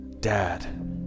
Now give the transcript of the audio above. Dad